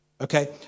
Okay